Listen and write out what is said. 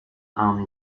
army